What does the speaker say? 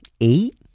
eight